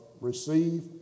receive